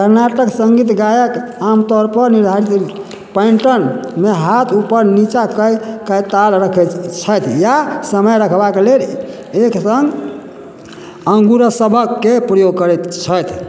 कर्नाटक सङ्गीत गायक आमतौर पर निर्धारित मे हाथ ऊपर नीचाँ कय कय ताल रखैत छैथ या समय रखबाक लेल एक सङ्ग आँगुर सभके प्रयोग करैत छथि